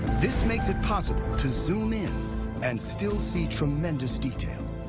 this makes it possible to zoom in and still see tremendous detail.